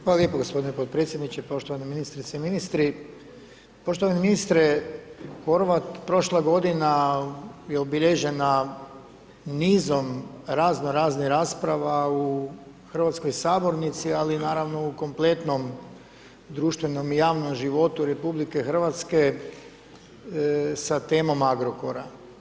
Hvala lijepo gospodine podpredsjedniče, poštovana ministrice i ministri, poštovani ministre Horvat prošla godina je obilježena nizom razno raznih rasprava u hrvatskoj sabornici ali naravno u kompletnom društvenom i javnom životu RH sa temom Agrokora.